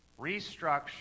restructure